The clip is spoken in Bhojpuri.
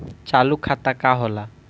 चालू खाता का होला?